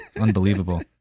Unbelievable